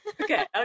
Okay